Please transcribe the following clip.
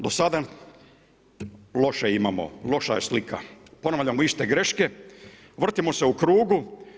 Do sada loše imamo, loša je slika, ponavljamo iste greške, vrtimo se u krugu.